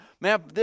man